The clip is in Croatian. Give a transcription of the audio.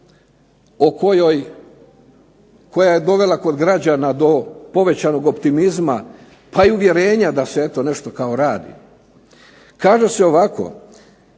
kategorija koja je dovela kod građana do povećanog optimizma pa i uvjerenja da se eto nešto kao radi. Kaže se ovako,